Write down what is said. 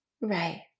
Right